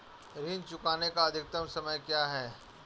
ऋण चुकाने का अधिकतम समय क्या है?